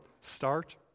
start